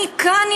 אני כאן,